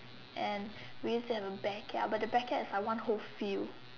and we used to have a backyard and but the backyard as like one whole field